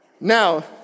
now